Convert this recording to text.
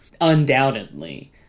undoubtedly